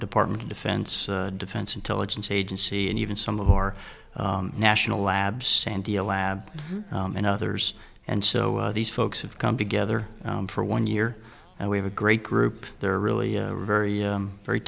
department of defense defense intelligence agency and even some of our national labs sandia labs and others and so these folks have come together for one year and we have a great group they're really very very